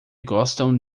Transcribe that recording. gostam